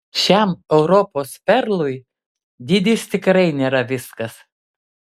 šiam europos perlui dydis tikrai nėra viskas